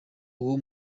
uwo